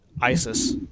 ISIS